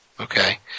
okay